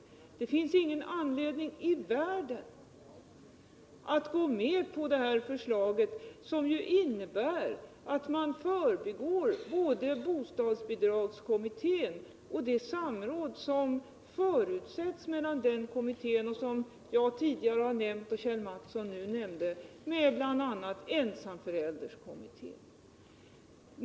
Det finns ingen anledning i världen att gå med på det förslaget, som ju innebär att man förbigår både bostadsbidragskommittén och det samråd som förutsätts mellan den kommittén och bl.a. ensamförälderkommittén, som jag tidigare har nämnt och Kjell Mattsson nu nämnde.